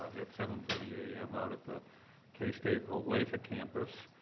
at seven thirty a m. out at the k-state olathe campus.